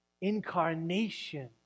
incarnation